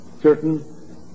certain